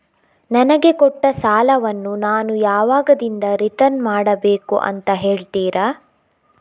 ನನಗೆ ಕೊಟ್ಟ ಸಾಲವನ್ನು ನಾನು ಯಾವಾಗದಿಂದ ರಿಟರ್ನ್ ಮಾಡಬೇಕು ಅಂತ ಹೇಳ್ತೀರಾ?